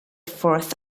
fourth